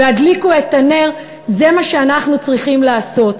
ו"הדליקו את הנר", זה מה שאנחנו צריכים לעשות,